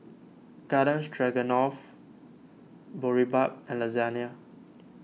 Garden Stroganoff Boribap and Lasagna